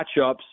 matchups